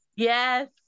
yes